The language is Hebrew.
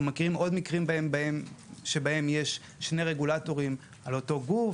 אנחנו מכירים עוד מקרים שבהם יש שני רגולטורים על אותו הגוף,